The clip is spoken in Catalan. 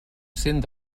cent